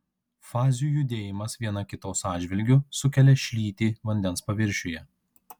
fazių judėjimas viena kitos atžvilgiu sukelia šlytį vandens paviršiuje